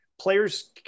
Players